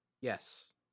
Yes